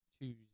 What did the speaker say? Tuesday